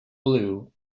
blue